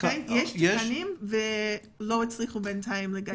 יש תקנים אבל בינתיים לא הצליחו לגייס.